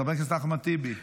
חבר הכנסת אחמד טיבי,